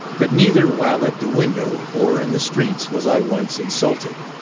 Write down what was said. but neither while at the window, or in the streets, was i once insulted.